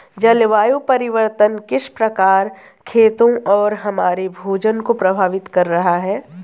जलवायु परिवर्तन किस प्रकार खेतों और हमारे भोजन को प्रभावित कर रहा है?